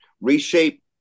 reshape